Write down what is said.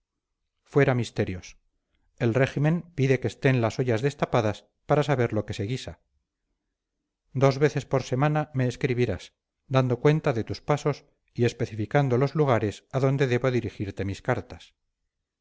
fuera misterios el régimen pide que estén las ollas destapadas para saber lo que se guisa dos veces por semana me escribirás dando cuenta de tus pasos y especificando los lugares a donde debo dirigirte mis cartas